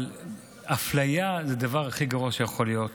אבל אפליה זה הדבר הכי גרוע שיכול להיות.